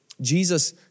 Jesus